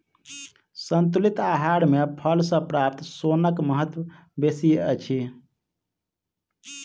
संतुलित आहार मे फल सॅ प्राप्त सोनक महत्व बेसी अछि